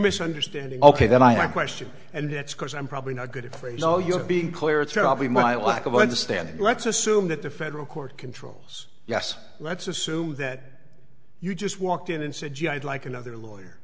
misunderstanding ok then i question and that's because i'm probably not good for you know you're being clear it's probably my lack of understanding let's assume that the federal court controls yes let's assume that you just walked in and said gee i'd like another lawyer